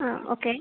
ആ ഓക്കെ